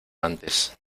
antes